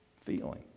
feeling